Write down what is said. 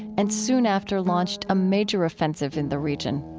and soon after launched a major offensive in the region